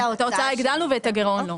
את ההוצאה הגדלנו ואת הגירעון לא.